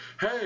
hey